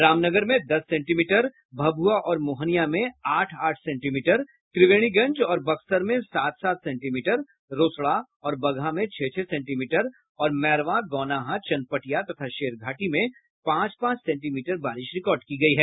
रामनगर में दस सेंटीमीटर भभूआ और मोहनिया में आठ आठ सेंटीमीटर त्रिवेणीगंज और बक्सर में सात सात सेंटीमीटर रोसड़ा और बगहा में छह छह सेंटीमीटर और मैरवा गौनाहा चनपटिया तथा शेरघाटी में पांच पांच सेंटीमीटर बारिश रिकॉर्ड की गयी है